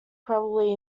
probably